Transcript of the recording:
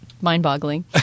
mind-boggling